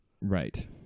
right